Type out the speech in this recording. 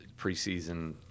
preseason